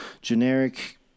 generic